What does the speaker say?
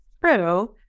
true